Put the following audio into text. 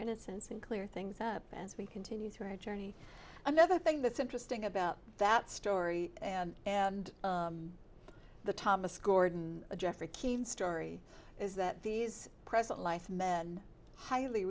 innocence and clear things up as we continue through our journey another thing that's interesting about that story and and the thomas gordon jeffrey keen story is that these present life men highly